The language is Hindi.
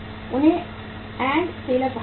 उन्हें एंड सेलर कहा जाता है